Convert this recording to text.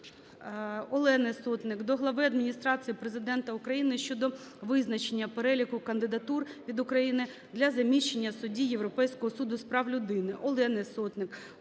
Олени Сотник